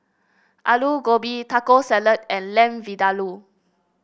Alu Gobi Taco Salad and Lamb Vindaloo